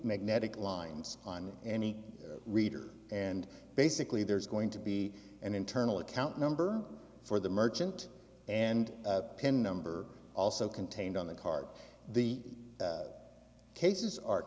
magnetic lines on any reader and basically there's going to be an internal account number for the merchant and pin number also contained on the card the cases are